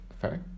fair